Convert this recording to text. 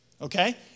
okay